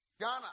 Ghana